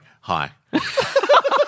hi